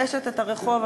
הרשת את הרחוב,